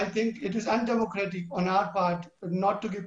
אבל מה שנמצא אצלי בלב עכשיו הוא שיש קרע